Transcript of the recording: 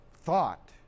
thought